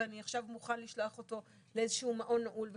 ואני עכשיו מוכן לשלוח אותו לאיזשהו מעון נעול וכולי.